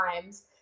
times